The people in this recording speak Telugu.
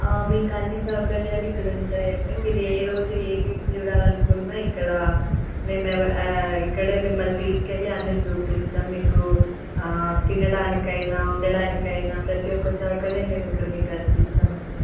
మీకు అన్ని సౌకర్యాలు ఇక్కడ ఉంటాయండి మీరు ఏ రోజు ఏ బీచ్ చూడాలనుకున్నా ఇక్కడ మేము ఇక్కడే మిమ్మల్ని తీసుకెళ్ళి అన్నీ చూపిస్తాం మీకు తినడానికైనా ఉండడానికైనా ప్రతీ ఒక్క సౌకర్యం మేము ఇక్కడ మీకు కల్పిస్తామండి